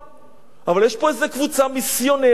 אבל יש פה איזה קבוצה מיסיונרית אגרסיבית.